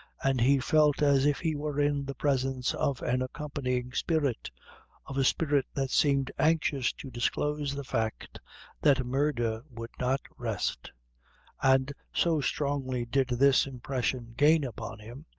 and he felt as if he were in the presence of an accompanying spirit of a spirit that seemed anxious to disclose the fact that murder would not rest and so strongly did this impression gain upon him,